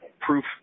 proof